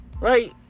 Right